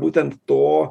būtent to